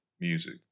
music